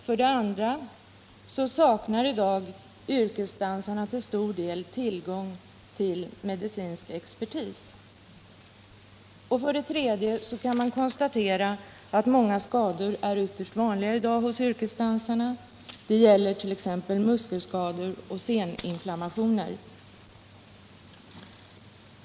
För det andra saknar i dag yrkesdansarna till stor del tillgång till medicinsk expertis. För det tredje kan man konstatera att många skador är ytterst vanliga i dag hos yrkesdansarna. Det gäller t.ex. muskelskador och seninflammationer.